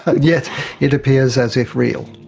yet it appears as if real.